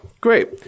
great